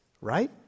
right